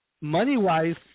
money-wise